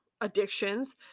addictions